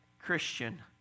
Christian